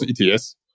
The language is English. ETS